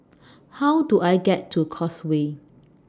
How Do I get to Causeway